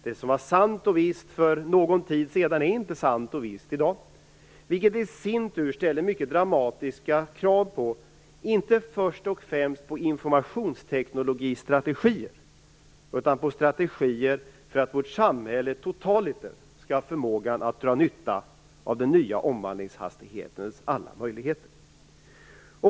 Det som var sant och vist för någon tid sedan är inte sant och vist i dag, vilket i sin tur ställer mycket dramatiska krav inte först och främst på informationsteknikstrategier, utan på strategier för att vårt samhälle totaliter skall ha förmågan att dra nytta av den nya omvandlingshastighetens alla möjligheter.